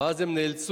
ואז הם נאלצו,